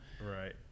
Right